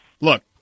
Look